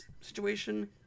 situation